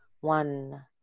one